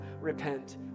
repent